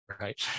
right